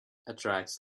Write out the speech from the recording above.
attracts